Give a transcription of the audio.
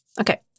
Okay